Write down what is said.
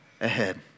ahead